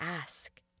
ask